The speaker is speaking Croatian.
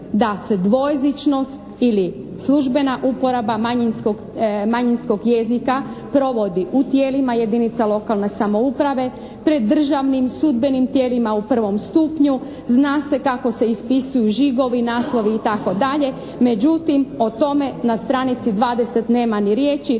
da se dvojezičnost ili službena uporaba manjinskog jezika provodi u tijelima jedinica lokalne samouprave, pred državnim sudbenim tijelima u 1. stupnju, zna se kako se ispisuju žigovi, naslovi, itd., međutim o tome na stranici 20. nema ni riječi,